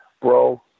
Bro